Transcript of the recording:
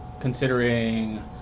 considering